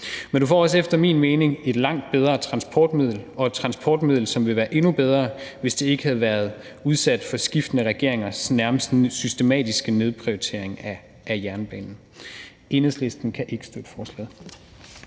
Men du får også efter min mening et langt bedre transportmiddel og et transportmiddel, som ville være endnu bedre, hvis det ikke havde været udsat for skiftende regeringers nærmest systematiske nedprioritering af jernbanen. Enhedslisten kan ikke støtte forslaget.